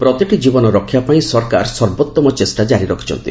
ପ୍ରତିଟି ଜୀବନ ରକ୍ଷା ପାଇଁ ସରକାର ସର୍ବୋଉମ ଚେଷ୍ଟା ଜାରି ରଖିଛନ୍ତି